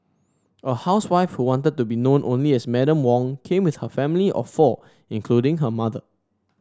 a housewife who wanted to be known only as Madam Wong came with her family of four including her mother